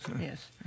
Yes